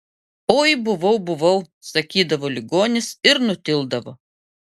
oi buvau buvau sakydavo ligonis ir nutildavo